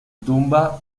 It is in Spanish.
tumba